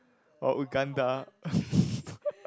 oh Uganda